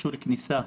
אישור כניסה.